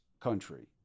country